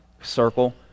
circle